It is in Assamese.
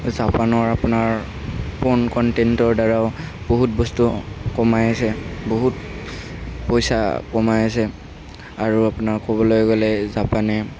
জাপানৰ আপোনাৰ ফোন কন্টেন্টৰদ্বাৰাও বহুত বস্তু কমাই আছে বহুত পইচা কমাই আছে আৰু আপোনাৰ ক'বলৈ গ'লে জাপানে